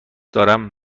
دارم